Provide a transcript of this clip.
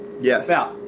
Yes